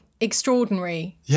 Extraordinary